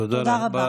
תודה רבה.